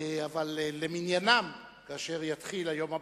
אבל למניינם, כאשר יתחיל היום הבא,